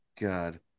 God